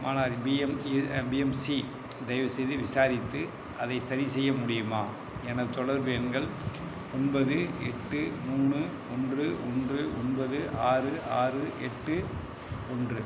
மாநகரின் P M இத் P M C தயவுசெய்து விசாரித்து அதை சரிசெய்ய முடியுமா எனது தொடர்பு எண்கள் ஒன்பது எட்டு மூணு ஒன்று ஒன்று ஒன்பது ஆறு ஆறு எட்டு ஒன்று